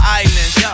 islands